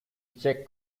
check